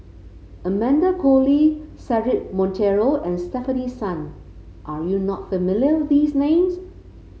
Amanda Koe Lee Cedric Monteiro and Stefanie Sun are you not familiar with these names